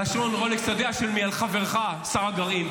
על שעון הרולקס, אתה יודע של מי, חברך שר הגרעין.